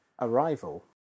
Arrival